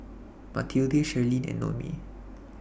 Matilde Sherlyn and Noemi